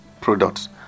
products